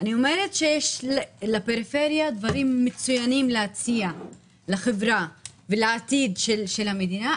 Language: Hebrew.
אני אומרת שיש לפריפריה דברים מצוינים להציע לחברה ולעתיד של המדינה,